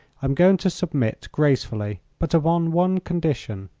i'm going to submit gracefully, but upon one condition.